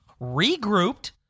regrouped